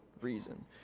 reason